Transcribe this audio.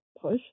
push